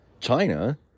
China